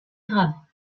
grave